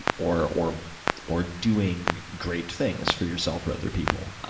or or or doing great things for yourself or other people.